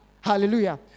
Hallelujah